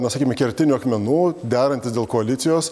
na sakykime kertinių akmenų derantis dėl koalicijos